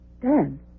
Dan